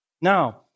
Now